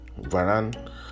Varan